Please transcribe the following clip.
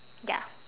ya